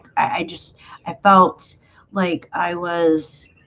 i just i felt like i was